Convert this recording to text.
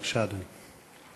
בבקשה, אדוני.